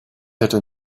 hätte